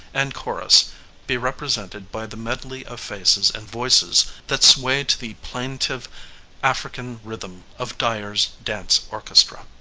and chorus be represented by the medley of faces and voices that sway to the plaintive african rhythm of dyer's dance orchestra.